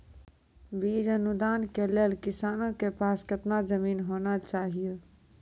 बीज अनुदान के लेल किसानों के पास केतना जमीन होना चहियों?